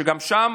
שגם בו